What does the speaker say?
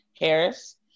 Harris